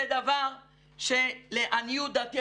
זה דבר שלעניות דעתי,